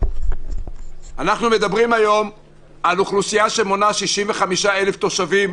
אנחנו מדברים היום על אוכלוסייה שמונה 65,000 תושבים,